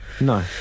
No